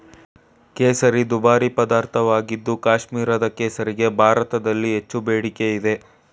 ಕೇಸರಿ ದುಬಾರಿ ಪದಾರ್ಥವಾಗಿದ್ದು ಕಾಶ್ಮೀರದ ಕೇಸರಿಗೆ ಭಾರತದಲ್ಲಿ ಹೆಚ್ಚು ಬೇಡಿಕೆ ಇದೆ